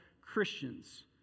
Christians